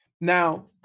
Now